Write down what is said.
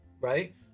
right